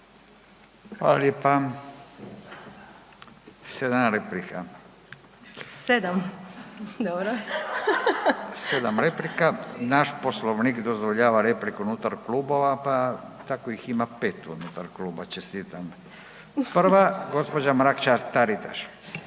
Baričević: 7, dobro./ … naš Poslovnik dozvoljava repliku unutar klubova pa tako ih ima 5 unutar kluba. Čestitam. Prva gospođa Mrak Taritaš.